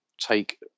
take